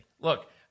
Look